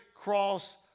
cross